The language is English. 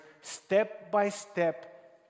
step-by-step